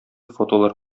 фотолар